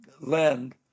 land